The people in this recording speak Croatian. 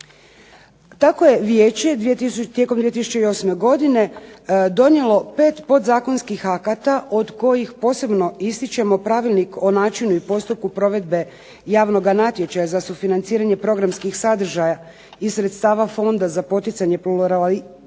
Tako je vijeće tijekom 2008. godine donijelo 5 podzakonskih akata od kojih posebno ističemo Pravilnik o načinu i postupku provedbe javnoga natječaja za sufinanciranje programskih sadržaja i sredstava Fonda za poticanje pluralizma i